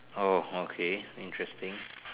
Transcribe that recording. oh okay interesting